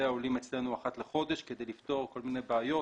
העולים אחת לחודש כדי לפתור כל מיני בעיות.